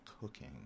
cooking